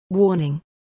Warning